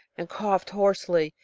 and coughed hoarsely.